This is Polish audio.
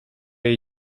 jej